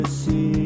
see